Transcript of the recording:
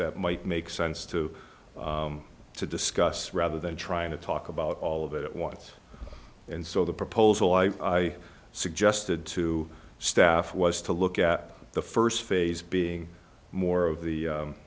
that might make sense to to discuss rather than trying to talk about all of it at once and so the proposal i suggested to staff was to look at the st phase being more of the